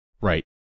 right